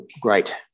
great